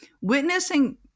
witnessing